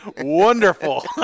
wonderful